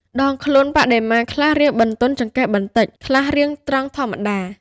ដងខ្លួនបដិមាខ្លះរាងបន្ទន់ចង្កេះបន្តិច ខ្លះរាងត្រង់ធម្មតា។